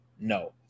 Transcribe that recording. no